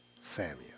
Samuel